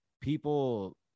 people